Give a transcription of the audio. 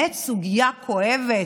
האמת, סוגיה כואבת,